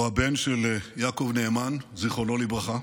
הבן של יעקב נאמן, זיכרונו לברכה,